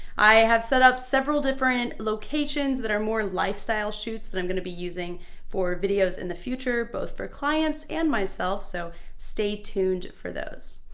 i have set up several different locations that are more lifestyle shoots that i'm gonna be using for videos in the future both for clients and myself, so stay tuned for those.